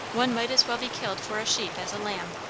one might as well be killed for a sheep as a lamb.